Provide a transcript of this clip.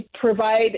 provide